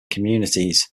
communities